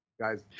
guys